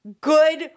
good